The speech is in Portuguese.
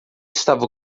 estava